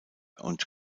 und